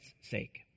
sake